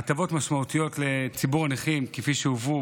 הטבות משמעותיות לציבור הנכים כפי שהובאו